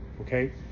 okay